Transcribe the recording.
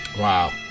Wow